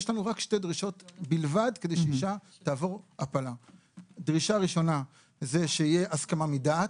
יש לנו שתי דרישות בלבד כדי שאישה תעבור הפלה - שתהיה הסכמה מדעת,